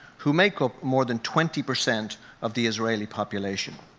who make up more than twenty percent of the israeli population.